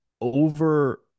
over-